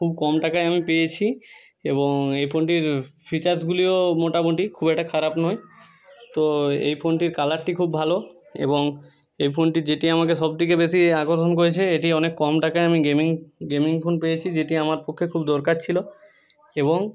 খুব কম টাকায় আমি পেয়েছি এবং এই ফোনটির ফিচার্সগুলিও মোটামুটি খুব একটা খারাপ নয় তো এই ফোনটির কালারটি খুব ভালো এবং এই ফোনটির যেটি আমাকে সব থেকে বেশি আকর্ষণ করেছে এটি অনেক কম টাকায় আমি গেমিং গেমিং ফোন পেয়েছি যেটি আমার পক্ষে খুব দরকার ছিল এবং